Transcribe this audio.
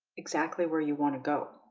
exactly where you want to go?